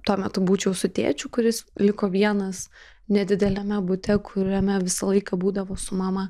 tuo metu būčiau su tėčiu kuris liko vienas nedideliame bute kuriame visą laiką būdavo su mama